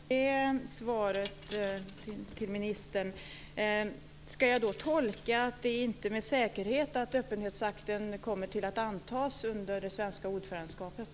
Fru talman! Tack för det svaret från ministern. Ska jag då tolka det som att öppenhetsakten inte med säkerhet kommer att antas under det svenska ordförandeskapet?